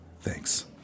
Thanks